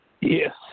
Yes